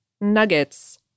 nuggets